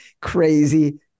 Crazy